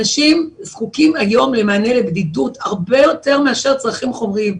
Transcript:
אנשים זקוקים היום למענה לבדידות הרבה יותר מאשר צרכים חומריים.